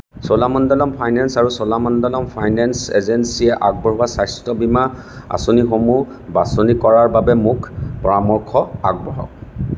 Cholamandalam finance আৰু Cholamandalam finance এজেঞ্চিয়ে আগবঢ়োৱা স্বাস্থ্য বীমা আঁচনিসমূহ বাছনি কৰাৰ বাবে মোক পৰামৰ্শ আগবঢ়াওক